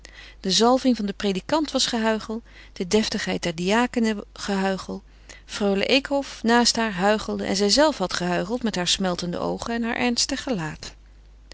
de zalving van den predikant was gehuichel de deftigheid der diakenen gehuicheld freule eekhof naast haar huichelde en zijzelve had gehuicheld met hare smeltende oogen en heur ernstig gelaat